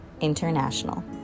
International